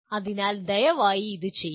അതിനാൽ ദയവായി അത് ചെയ്യുക